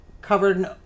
covered